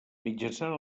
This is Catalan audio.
mitjançant